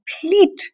complete